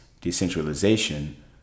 decentralization